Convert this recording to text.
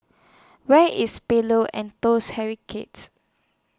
Where IS Pillows and Toast